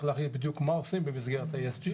להחליט בדיוק מה עושים במסגרת ה-ESG.